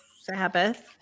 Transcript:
Sabbath